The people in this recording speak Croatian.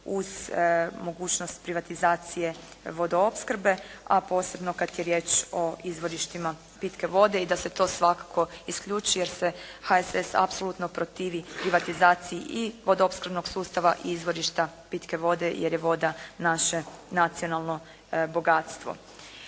uz mogućnost privatizacije vodoopskrbe a posebno kad je riječ o izvorištima pitke vode i da se to svakako isključi jer se HSS apsolutno protivi privatizaciji i vodoopskrbnog sustava i izvorišta pitke vode jer je voda naše nacionalno bogatstvo.